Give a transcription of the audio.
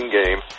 game